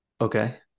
Okay